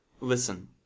listen